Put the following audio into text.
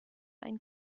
ein